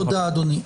תודה, אדוני.